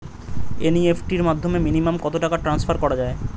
NEFT র মাধ্যমে minimum কত টাকা টান্সফার করা যায়?